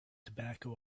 tobacco